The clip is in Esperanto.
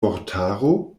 vortaro